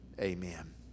Amen